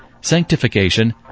sanctification